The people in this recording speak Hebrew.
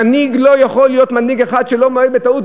מנהיג לא יכול להיות אחד שלא מודה בטעות,